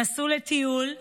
הן נסעו לטיול מאושרות,